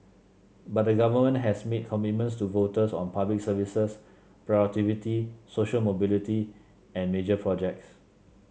but the government has made commitments to voters on Public Services productivity social mobility and major projects